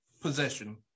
possession